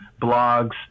blogs